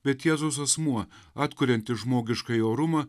bet jėzaus asmuo atkurianti žmogiškąjį orumą